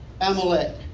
Amalek